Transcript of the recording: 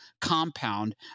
compound